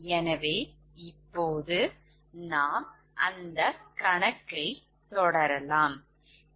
எனவே இப்போது நாம் அந்த கணக்கை தொடரலாம்